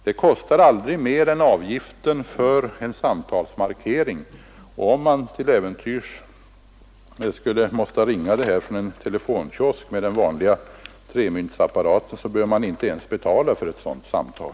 Det kostar aldrig mer än avgiften för en samtalsmarkering, och om man till äventyrs skulle vara tvungen att ringa ett sådant samtal från en telefonkiosk med den vanliga tremilsapparaten behöver man inte ens betala för ett sådant samtal.